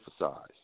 emphasize